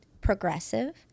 progressive